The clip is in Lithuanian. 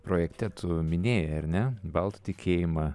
projekte tu minėjai ar ne baltų tikėjimą